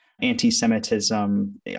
anti-Semitism